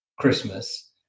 Christmas